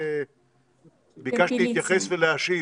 ביקשת להתייחס ולהשיב.